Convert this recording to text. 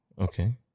Okay